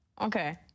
Okay